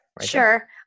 Sure